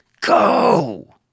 Go